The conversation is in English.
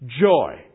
Joy